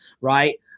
right